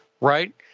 right